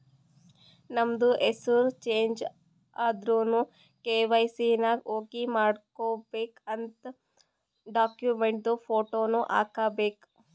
ನಮ್ದು ಹೆಸುರ್ ಚೇಂಜ್ ಆದುರ್ನು ಕೆ.ವೈ.ಸಿ ನಾಗ್ ಹೋಗಿ ಮಾಡ್ಕೋಬೇಕ್ ಮತ್ ಡಾಕ್ಯುಮೆಂಟ್ದು ಫೋಟೋನು ಹಾಕಬೇಕ್